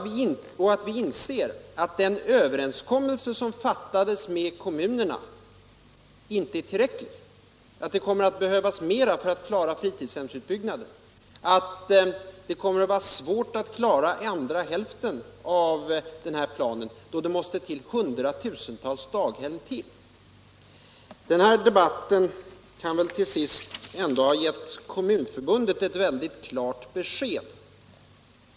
Vi inser också att den överenskommelse som träffades med kommunerna inte är tillräcklig. Det kommer att behövas mer för att klara fritidshemsutbyggnaden. Det kommer att bli svårt att klara andra hälften av den här planen då det måste till ytterligare hundratusentals platser. Den här debatten har väl ändå givit Kommunförbundet ett klart besked.